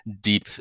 deep